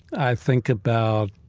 i think about